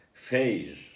phase